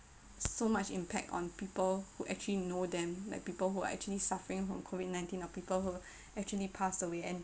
so much impact on people who actually know them like people who are actually suffering from COVID nineteen or people who actually passed away and